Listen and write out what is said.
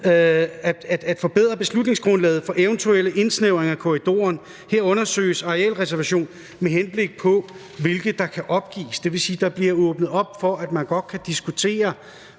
at forbedre beslutningsgrundlaget for eventuelle indsnævringer af korridoren. Her undersøges arealreservation, med henblik på hvilke der kan opgives. Det vil sige, at der bliver åbnet op for, at man godt kan diskutere